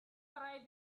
arrive